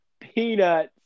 peanuts